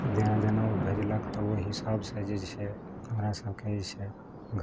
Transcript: तऽ जेना जेना ओ भेजलक तऽ ओ हिसाबसँ जे छै हमरा सबके जे छै